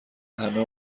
همه